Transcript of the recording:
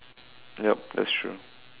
yup that's true